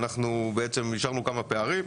נשארו כמה פערים,